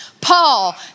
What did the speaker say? Paul